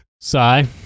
Sigh